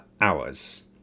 hours